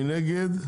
מי נגד?